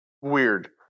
weird